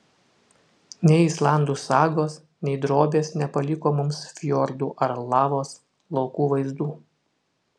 nei islandų sagos nei drobės nepaliko mums fjordų ar lavos laukų vaizdų